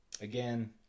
again